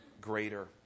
greater